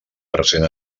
present